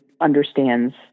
understands –